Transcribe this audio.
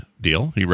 deal